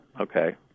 okay